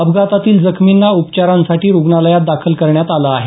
अपघातातील जखमींना उपचारांसाठी रुग्णालयात दाखल करण्यात आलं आहे